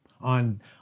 On